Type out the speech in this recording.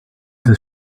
des